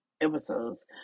episodes